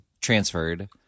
transferred